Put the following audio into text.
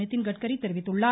நிதின்கட்கரி தெரிவித்துள்ளார்